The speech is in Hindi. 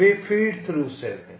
वे फ़ीड थ्रू सेल हैं